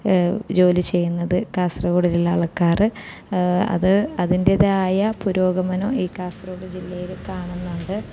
ജോലി ചെയ്യുന്നത് കാസർഗോഡിലുള്ള ആൾക്കാറ് അത് അതിൻ്റെതായ പുരോഗമനം ഈ കാസർഗോഡ് ജില്ലയില് കാണുന്നുണ്ട്